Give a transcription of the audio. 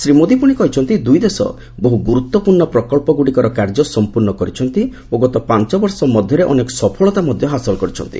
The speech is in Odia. ଶ୍ରୀ ମୋଦୀ ପୁଣି କହିଛନ୍ତି ଦୁଇ ଦେଶ ବହୁ ଗୁରୁତ୍ୱପୂର୍ଣ୍ଣ ପ୍ରକଳ୍ପଗୁଡ଼ିକର କାର୍ଯ୍ୟ ସମ୍ପର୍ଣ୍ଣ କରିଛନ୍ତି ଓ ଗତ ପାଞ୍ଚବର୍ଷ ମଧ୍ୟରେ ଅନେକ ସଫଳତା ହାସଲ କରିଛନ୍ତି